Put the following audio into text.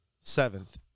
seventh